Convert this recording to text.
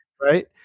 right